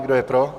Kdo je pro?